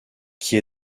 qui